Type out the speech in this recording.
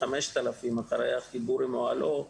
כ-5,000 אחרי החיבור עם אוהלו,